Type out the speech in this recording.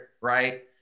right